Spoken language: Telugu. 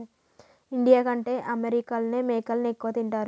ఇండియా కంటే అమెరికాలోనే మేకలని ఎక్కువ తింటారు